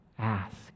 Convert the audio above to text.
ask